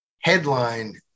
Headline